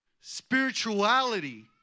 Spirituality